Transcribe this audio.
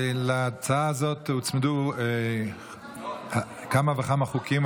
להצעה הזאת הוצמדו כמה וכמה חוקים,